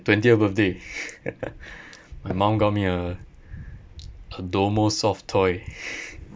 twentieth birthday and my mum got me a a domo soft toy